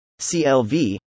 CLV